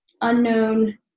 unknown